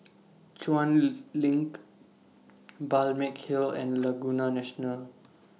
Chuan Lee LINK Balmeg Hill and Laguna National